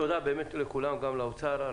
תודה לכולם, גם לאוצר.